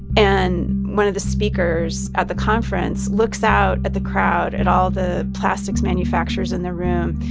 and one of the speakers at the conference looks out at the crowd, at all the plastics manufacturers in the room,